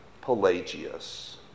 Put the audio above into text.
Pelagius